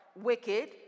wicked